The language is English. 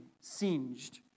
singed